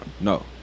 No